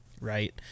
Right